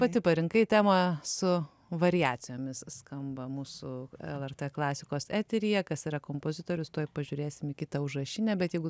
pati parinkai temą su variacijomis skamba mūsų lrt klasikos eteryje kas yra kompozitorius tuoj pažiūrėsim į kitą užrašinę bet jeigu